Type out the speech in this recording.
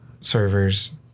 servers